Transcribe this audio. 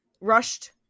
rushed